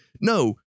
no